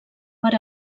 per